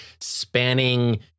spanning